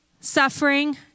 suffering